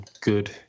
good